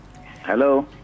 Hello